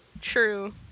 True